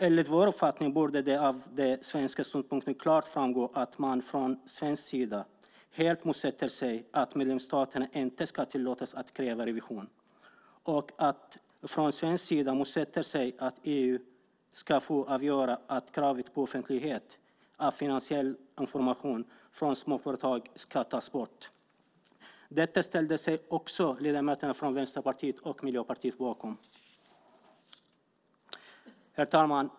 Enligt vår uppfattning borde det av den svenska ståndpunkten klart framgå att vi från svensk sida helt motsätter oss att medlemsstaterna inte ska tillåtas att kräva revision och att EU ska få avgöra om kravet på offentlighet av finansiell information från små företag ska tas bort. Detta ställde sig också ledamöterna från Vänsterpartiet och Miljöpartiet bakom. Herr talman!